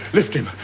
lift him.